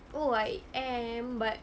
oh I am but